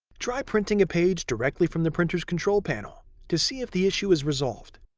try printing a page directly from the printer's control panel to see if the issue is resolved.